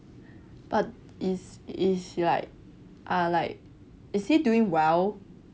but it's it's like ah like it's he doing well